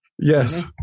Yes